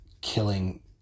killing